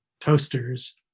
toasters